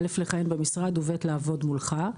א', לכהן במשרד, וב', לעבוד מולך,